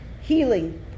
healing